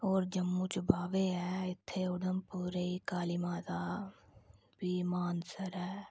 और जम्मू च बाह्वे ऐ इत्थै उधमपुरे दी काली माता फ्ही मानसर ऐ